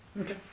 Okay